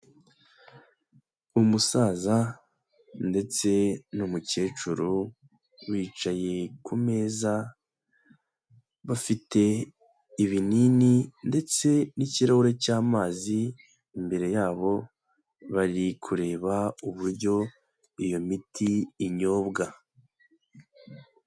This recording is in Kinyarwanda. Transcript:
Umusaza ndetse n'umukecuru, bicaye ku meza, bafite ibinini ndetse n'ikirahure cy'amazi imbere yabo, bari kureba uburyo iyo miti inyobwa.